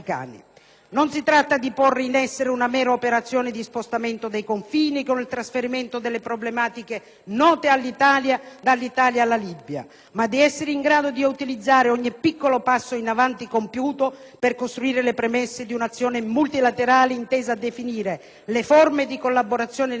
Non si tratta di porre in essere una mera operazione di spostamento dei confini, con il trasferimento delle problematiche note dall'Italia alla Libia, ma di essere in grado di utilizzare ogni piccolo passo in avanti compiuto per costruire le premesse di un'azione multilaterale intesa a definire le forme di collaborazione necessarie